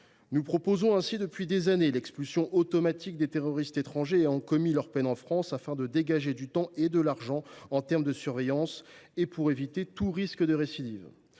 Nous proposons ainsi depuis des années l’expulsion automatique des terroristes étrangers ayant purgé leur peine en France, afin de dégager du temps et de l’argent en matière de surveillance et d’éviter tout risque de récidive.